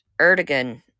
Erdogan